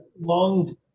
long